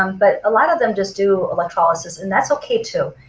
um but a lot of them just do electrolysis and that's okay too.